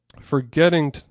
forgetting